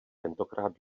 tentokrát